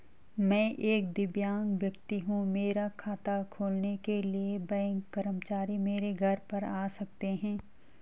मैं एक दिव्यांग व्यक्ति हूँ मेरा खाता खोलने के लिए बैंक कर्मचारी मेरे घर पर आ सकते हैं?